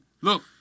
Look